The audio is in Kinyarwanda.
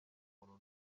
muntu